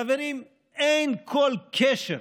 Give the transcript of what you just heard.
חברים, אין כל קשר